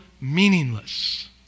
meaningless